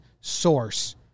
source